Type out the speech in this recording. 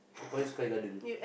toa-payoh Sky-Garden